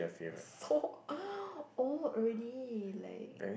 so old already like